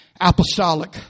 apostolic